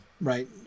right